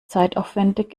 zeitaufwendig